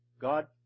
God